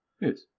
Yes